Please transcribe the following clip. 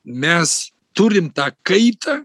mes turim tą kaitą